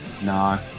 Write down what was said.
No